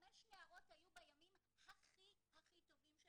חמש נערות היו בימים הכי הכי טובים של